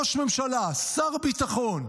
ראש ממשלה, שר ביטחון,